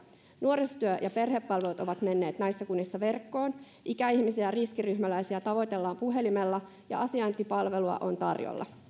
nuorisotyö ja perhepalvelut ovat menneet näissä kunnissa verkkoon ikäihmisiä ja riskiryhmäläisiä tavoitellaan puhelimella ja asiointipalvelua on tarjolla